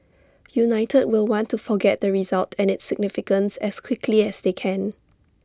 united will want to forget the result and its significance as quickly as they can